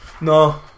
No